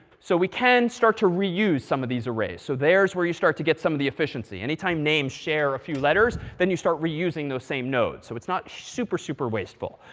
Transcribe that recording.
so we can start to reuse some of these arrays. so there's where you start to get some of the efficiency. any time names share a few letters, then you start reusing those same nodes. so it's not super, super wasteful.